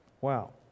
Wow